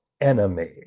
enemy